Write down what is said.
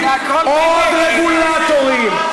עוד רגולטורים,